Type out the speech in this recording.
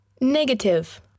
Negative